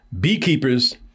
Beekeepers